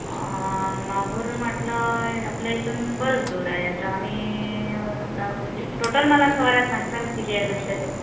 माहूर म्हटलं आपल्या इथून बरंच दूर आहे तर आम्ही म्हणजे टोटल मला सवाऱ्या सांगशाल किती आहे घरच्या ते